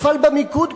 נפל במיקוד,